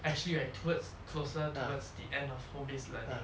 actually right towards closer towards the end of home based learning